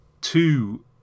two